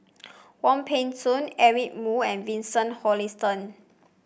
Wong Peng Soon Eric Moo and Vincent Hoisington